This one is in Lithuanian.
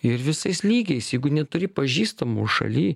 ir visais lygiais jeigu neturi pažįstamų šaly